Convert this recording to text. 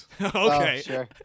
Okay